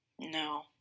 No